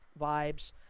vibes